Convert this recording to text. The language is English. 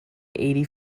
eighty